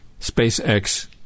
SpaceX